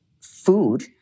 food